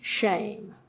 shame